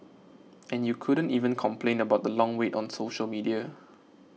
and you couldn't even complain about the long wait on social media